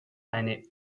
eine